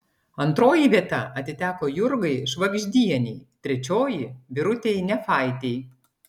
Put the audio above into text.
antroji vieta atiteko jurgai švagždienei trečioji birutei nefaitei